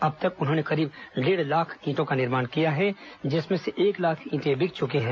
अब तक उन्होंने करीब डेढ़ लाख ईटों का निर्माण किया है जिसमें से एक लाख ईटें बिक चुकी हैं